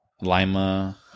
Lima